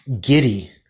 giddy